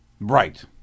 Right